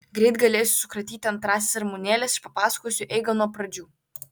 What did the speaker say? greit galėsiu sukratyti antrąsias ramunėles ir papasakosiu eigą nuo pradžių